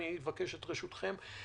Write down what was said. ברשותכם.